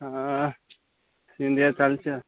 ହଁ ସିନ୍ତିଆ ଚାଲିଛି ଆଉ